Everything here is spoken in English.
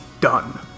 done